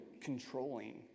controlling